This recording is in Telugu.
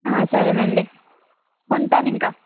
సరేనండి ఉంటానింకా